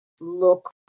look